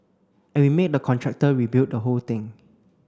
and we made the contractor rebuild the whole thing